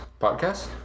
podcast